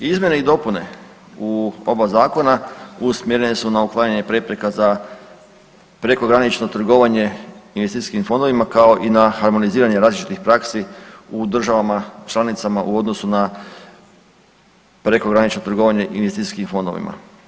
Izmjene i dopune u oba zakona usmjerene su na uklanjanje prepreka za prekogranično trgovanje investicijskim fondovima kao i na harmoniziranje različitih praksi u državama članicama u odnosu na prekogranično trgovanje investicijskim fondovima.